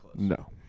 No